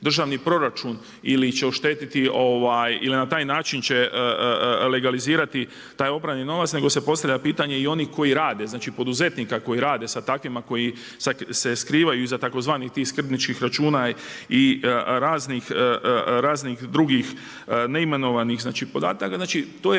državni proračun ili će oštetiti ili će na taj način legalizirati taj oprani novac nego se postavlja pitanje i onih koji rade, znači poduzetnika koji rade sa takvima koji se skrivaju iza tvz. Skrbničkih računa i raznih drugih neimenovanih podataka. Znači to je